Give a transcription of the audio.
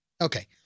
Okay